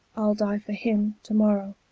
i'll die for him to-morrow.